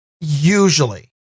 usually